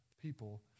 people